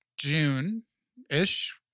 June-ish